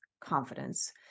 confidence